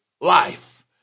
life